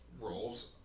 roles